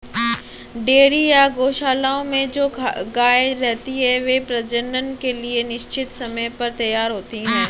dairy या गोशालाओं में जो गायें रहती हैं, वे प्रजनन के लिए निश्चित समय पर तैयार होती हैं